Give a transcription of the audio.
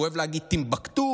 והוא אוהב להגיד טימבוקטו,